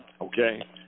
Okay